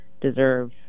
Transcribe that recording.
deserve